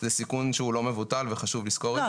זה סיכון שהוא לא מבוטל וחשוב לזכור את זה.